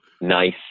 nice